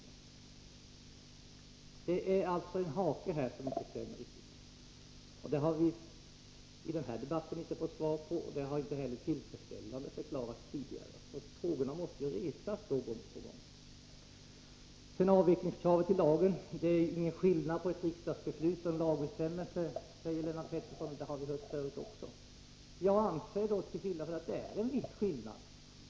Det är någonting som inte riktigt stämmer. Vi har inte fått svar på den här frågan under debatten i dag, och detta har inte heller tidigare förklarats tillfredsställande. Det är därför dessa frågor måste resas gång på gång. Så till frågan om att skriva in också kravet på avveckling i lagen. Det är ingen skillnad mellan ett riksdagsbeslut och en lagbestämmelse, säger Lennart Pettersson, och det har vi hört förut. Men jag anser att det är en viss skillnad.